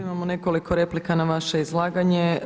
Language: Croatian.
Imamo nekoliko replika na vaše izlaganje.